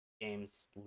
games